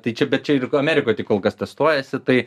tai čia bet čia ir amerikoj tik kol kas testuojasi tai